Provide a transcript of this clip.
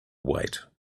wait